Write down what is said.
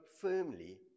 firmly